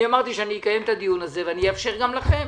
אני אמרתי שאני אקיים את הדיון הזה ואני אאפשר גם לכם.